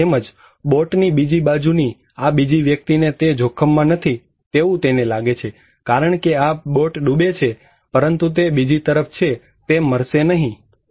આની જેમ જ બોટની બીજી બાજુની આ બીજી વ્યક્તિને તે જોખમમાં નથી તેવું તેને લાગે છે કારણ કે આ બોટ ડૂબે તો છે પરંતુ તે બીજી તરફ છે તે મરશે નહીં